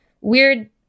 weird